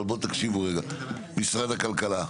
אבל בוא תקשיבו רגע, משרד הכלכלה.